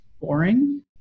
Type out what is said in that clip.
boring